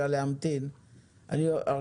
גבי נבון,